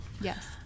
yes